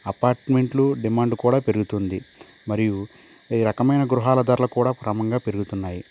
అపార్ట్మెంట్లు డిమాండ్ కూడా పెరుగుతుంది మరియు ఈ రకమైన గృహాల ధరలు కూడా క్రమంగా పెరుగుతున్నాయి